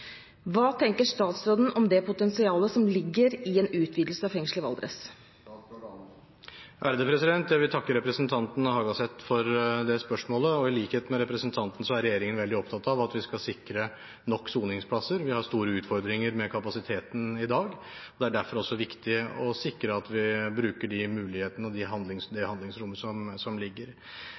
statsråden ta i bruk potensialet som ligger i en utvidelse av fengselet i Valdres?» Jeg vil takke representanten Hagaseth for spørsmålet. I likhet med representanten er regjeringen veldig opptatt av at vi skal sikre nok soningsplasser. Vi har store utfordringer med kapasiteten i dag. Det er derfor også viktig å sikre at vi bruker de mulighetene og det handlingsrommet som